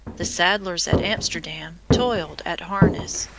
the saddlers at amsterdam toiled at harness,